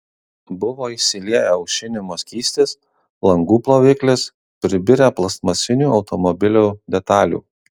buvo išsilieję aušinimo skystis langų ploviklis pribirę plastmasinių automobilių detalių